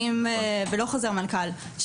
ולא חוזר מנכ"ל,